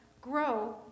grow